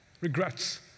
Regrets